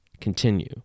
continue